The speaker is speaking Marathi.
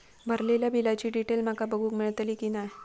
भरलेल्या बिलाची डिटेल माका बघूक मेलटली की नाय?